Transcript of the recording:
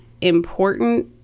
important